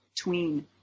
tween